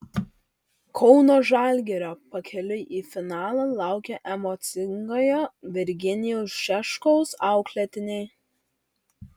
kauno žalgirio pakeliui į finalą laukia emocingojo virginijaus šeškaus auklėtiniai